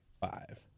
Five